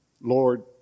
Lord